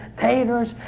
taters